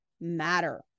matter